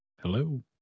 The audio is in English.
Hello